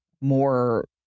more